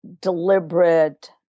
deliberate